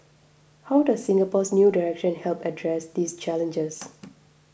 how does Singapore's new direction help address these challenges